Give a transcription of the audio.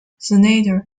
senator